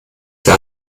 für